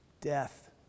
death